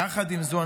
יחד עם זאת,